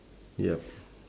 ya